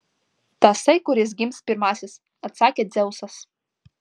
tasai kuris gims pirmasis atsakė dzeusas